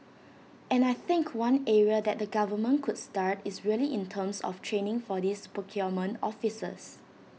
and I think one area that the government could start is really in terms of training for these procurement officers